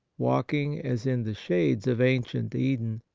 walking as in the shades of ancient eden.